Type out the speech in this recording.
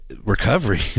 recovery